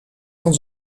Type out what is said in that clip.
van